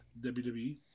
WWE